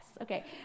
Okay